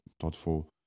thoughtful